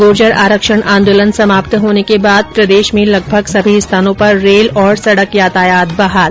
गूर्जर आरक्षण आंदोलन समाप्त होने के बाद प्रदेश में लगभग सभी स्थानों पर रेल और सड़क यातायात बहाल